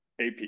AP